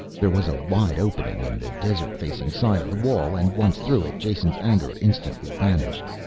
there was a wide opening in the desert-facing side of the wall and once through it jason's anger instantly vanished.